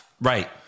Right